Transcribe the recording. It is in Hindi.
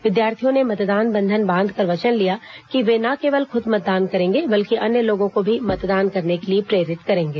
विद्यार्थियों ने मतदान बंधन बांधकर वचन लिया कि वे न केवल खुद मतदान करेंगे बल्कि अन्य लोगों को भी मतदान करने के लिए प्रेरित करेंगे